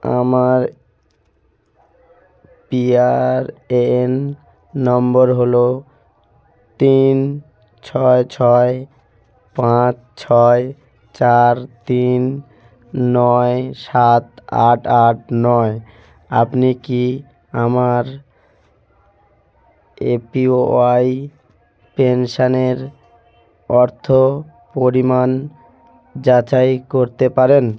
আমার PRAN number হলো তিন ছয় ছয় পাঁচ ছয় চার তিন নয় সাত আট আট নয় আপনি কি আমার এপিওয়াই পেনশানের অর্থ পরিমাণ যাচাই করতে পারেন